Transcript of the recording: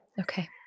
Okay